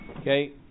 Okay